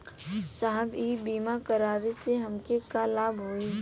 साहब इ बीमा करावे से हमके का लाभ होई?